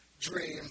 dream